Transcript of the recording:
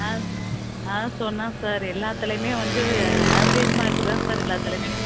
ஆ ஆ சொன்னான் சார் எல்லாத்தலையுமே வந்து ஆவரேஜ் மார்க்கு தான் சார் எல்லாத்தலையுமே